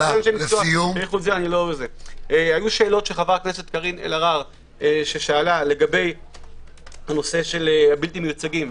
עלו שאלות של חברת הכנסת אלהרר לגבי הנושא של הבלתי-מיוצגים.